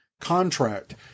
contract